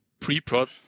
pre-prod